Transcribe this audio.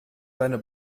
seine